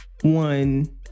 one